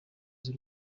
z’u